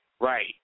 Right